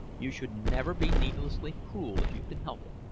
you should never be needlessly cruel if you can help it.